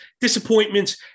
disappointments